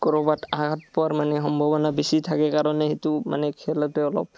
ক'ৰবাত আঘাত পোৱাৰ মানে সম্ভাৱনা বেছি থাকে কাৰণে সেইটো মানে খেলোঁতে অলপ